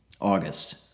August